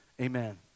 amen